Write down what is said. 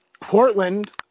Portland